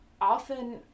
often